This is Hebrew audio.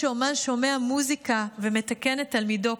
כשם שאומן שומע מוזיקה ומתקן את תלמידו,